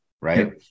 right